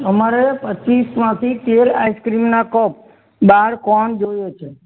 અમારે પચ્ચીસમાંથી તેર આઇસક્રીમના કપ બાર કોન જોઈએ છે